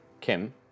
Kim